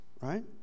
right